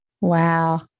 wow